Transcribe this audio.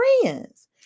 friends